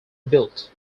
built